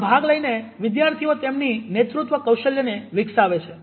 તેમાં ભાગ લઇને વિદ્યાર્થીઓ તેમની નેતૃત્વ કૌશલ્યોને વિકસાવે છે